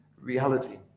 reality